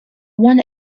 one